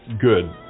good